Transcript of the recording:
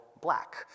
black